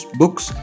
books